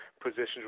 positions